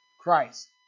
Christ